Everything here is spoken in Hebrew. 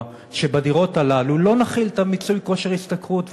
שבדירות האלה לא נחיל את מיצוי כושר ההשתכרות,